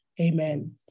Amen